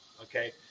okay